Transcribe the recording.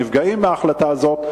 הנפגעים מההחלטה הזאת,